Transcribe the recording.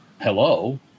hello